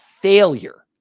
failure